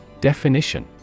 Definition